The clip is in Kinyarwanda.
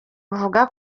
buvuga